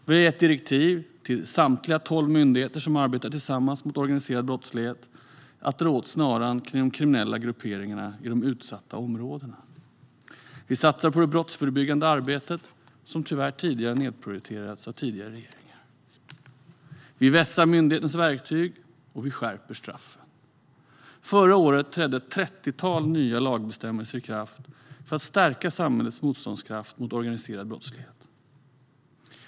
Vi har gett direktiv till samtliga tolv myndigheter som arbetar tillsammans mot organiserad brottslighet att dra åt snaran kring kriminella grupperingar i de utsatta områdena. Vi satsar på det brottsförebyggande arbetet, vilket tyvärr nedprioriterades av tidigare regeringar. Vi vässar myndigheternas verktyg, och vi skärper straffen. Förra året trädde ett trettiotal nya lagbestämmelser i kraft för att stärka samhällets motståndskraft mot organiserad brottslighet.